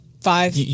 Five